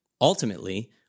Ultimately